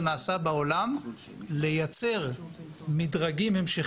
לא ביקשתם למחוק?